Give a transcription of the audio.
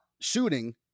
shooting